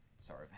Sorry